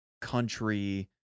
country